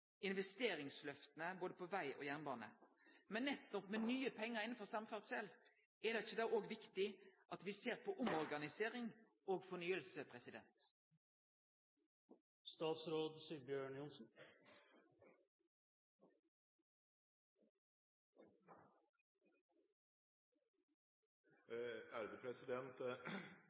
både på veg og jernbane. Men nettopp med nye pengar innanfor samferdsel, er det ikkje da òg viktig at me ser på omorganisering og